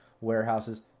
warehouses